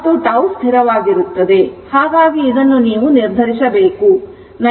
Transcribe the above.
ಮತ್ತು τ ಸ್ಥಿರವಾಗಿರುತ್ತದೆ ಹಾಗಾಗಿ ಇದನ್ನು ನೀವು ನಿರ್ಧರಿಸಬೇಕು